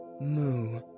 Moo